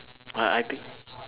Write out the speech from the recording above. I I think